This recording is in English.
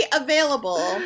available